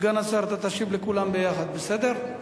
סגן השר, אתה תשיב לכולם ביחד, בסדר?